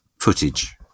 footage